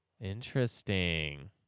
Interesting